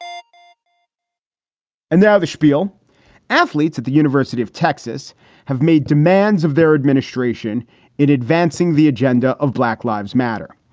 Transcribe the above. ah and now the spiel athletes at the university of texas have made demands of their administration in advancing the agenda of black lives matter.